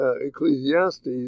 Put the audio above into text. Ecclesiastes